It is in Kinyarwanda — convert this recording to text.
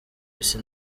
isi